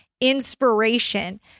inspiration